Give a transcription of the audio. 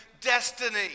destiny